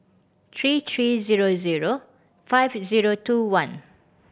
three three zero zero five zero two one